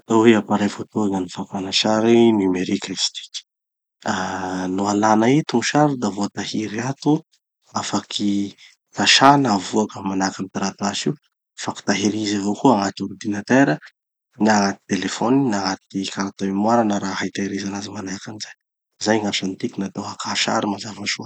Atao hoe appareil photo zany fakana sary numerika izy tiky. Ah no alana eto gny sary da voatahiry ato. Afaky sasana, avoaky manahaky amy taratasy io. Afaky tahirizy avao koa agnaty ordinatera, na agnaty telefony na agnaty carte mémoire na raha hitahiriza anazy manahaky anizay. Zay gn'asan'itiky natao hakà sary mazava soa.